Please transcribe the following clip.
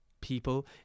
people